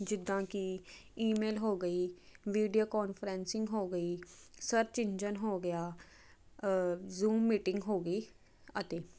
ਜਿੱਦਾਂ ਕਿ ਈਮੇਲ ਹੋ ਗਈ ਵੀਡੀਓ ਕਾਨਫਰਸਿੰਗ ਹੋ ਗਈ ਸਰਚ ਇੰਜਨ ਹੋ ਗਿਆ ਜੂਮ ਮੀਟਿੰਗ ਹੋ ਗਈ ਅਤੇ